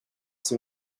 som